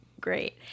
great